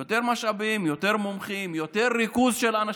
יותר משאבים, יותר מומחים, יותר ריכוז של אנשים.